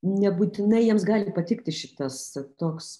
nebūtinai jiems gali patikti šitas toks